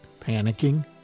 panicking